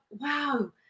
wow